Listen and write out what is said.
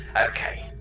okay